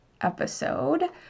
episode